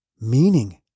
meaning